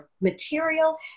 material